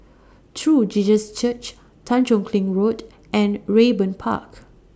True Jesus Church Tanjong Kling Road and Raeburn Park